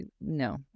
no